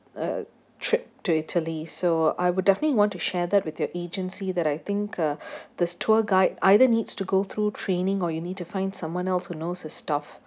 uh trip to italy so I would definitely want to share that with your agency that I think uh this tour guide either needs to go through training or you need to find someone else who knows her stuff